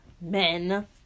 men